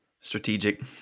strategic